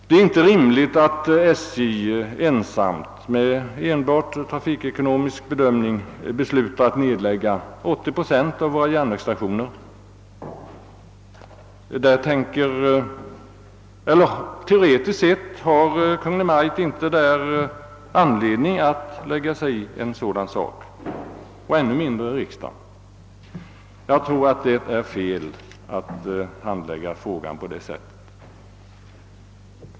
Det är inte rimligt att SJ ensamt med enbart sin trafikekonomiska bedömning beslutar att nedlägga 80 procent av våra järnvägslinjer. Teoretiskt sett har Kungl. Maj:t inte anledning att lägga sig i en sådan sak, och ännu mindre riksdagen. Jag tror att det är felaktigt att handlägga frågan på det sättet.